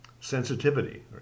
sensitivity